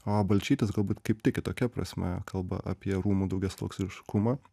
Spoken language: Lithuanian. o balčytis galbūt kaip tik kitokia prasme kalba apie rūmų daugiasluoksniškumą